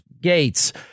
Gates